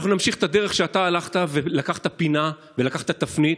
אנחנו נמשיך את הדרך שאתה הלכת ולקחת פינה ולקחת תפנית,